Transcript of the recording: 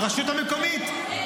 --- הרשות המקומית.